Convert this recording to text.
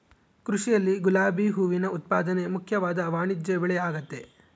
ಕೃಷಿಯಲ್ಲಿ ಗುಲಾಬಿ ಹೂವಿನ ಉತ್ಪಾದನೆ ಮುಖ್ಯವಾದ ವಾಣಿಜ್ಯಬೆಳೆಆಗೆತೆ